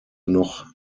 noch